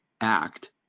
act